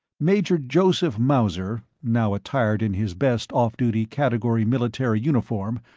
major joseph mauser, now attired in his best off-duty category military uniform,